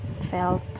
felt